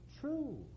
true